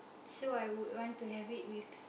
so I would want to have it with